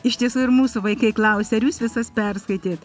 iš tiesų ir mūsų vaikai klausia ar jūs visas perskaitėt